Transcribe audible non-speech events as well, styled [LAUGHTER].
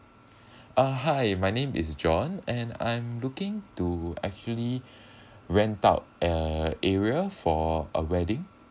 [BREATH] uh hi my name is john and I'm looking to actually [BREATH] rent out a area for a wedding